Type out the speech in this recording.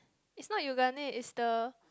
is not Yoogane is the